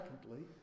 Secondly